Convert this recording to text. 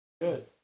Good